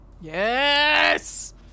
yes